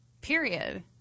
Period